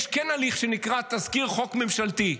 יש כן הליך שנקרא תזכיר חוק ממשלתי.